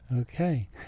Okay